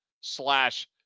slash